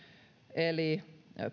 eli